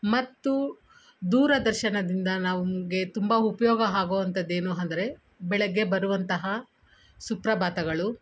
ಮತ್ತು ದೂರದರ್ಶನದಿಂದ ನಮಗೆ ತುಂಬ ಉಪಯೋಗ ಆಗೋವಂತದ್ದೇನು ಅಂದ್ರೆ ಬೆಳಗ್ಗೆ ಬರುವಂತಹ ಸುಪ್ರಭಾತಗಳು